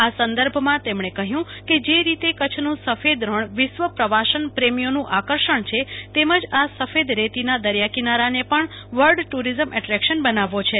આ સંદર્ભમાં તેમણે કહ્યું કે જે રીતે કચ્છનું સફેદ રણ વિશ્વ પ્રવાસન પ્રેમીઓનું આકર્ષણ છે તેમ જ આ સફેદ રેતીના દરિયા કિનારાને પણ વર્લ્ડ ટુરિઝમ એદ્રેકશન બનાવવો છે